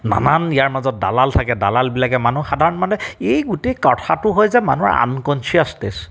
নানান ইয়াৰ মাজত দালাল থাকে দালালবিলাকে মানুহ সাধাৰণ মানে এই গোটেই কথাটো হয় যে মানুহৰ আনকনচিয়াচনেছ